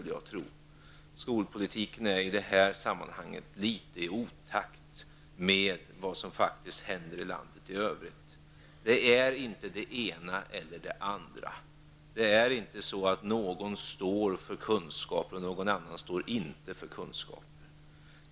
Skolpolitiken är i det här sammanhanget litet i otakt med vad som faktiskt händer i landet i övrigt. Det är inte det ena eller det andra. Det är inte så att någon står för kunskaper och att någon annan inte står för kunskaper.